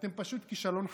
אתם פשוט כישלון חרוץ.